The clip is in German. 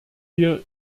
wir